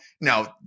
Now